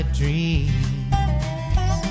dreams